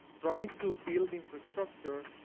trying to build infrastructure,